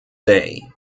day